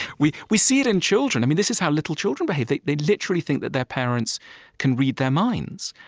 we we see it in children. this is how little children behave. they they literally think that their parents can read their minds.